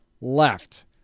left